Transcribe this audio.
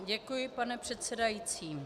Děkuji, pane předsedající.